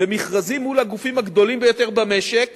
במכרזים מול הגופים הגדולים ביותר במשק